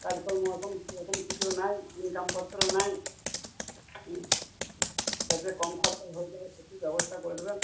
কাজকর্ম এখন সেরকম কিছু নেই ইনকামপত্র নেই হুম যাতে কম খরচায় হয়ে যায় একটু ব্যবস্থা করে দেবেন